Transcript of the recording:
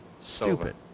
stupid